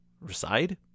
Reside